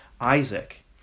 Isaac